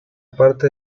parte